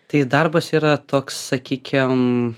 tai darbas yra toks sakykim